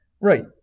Right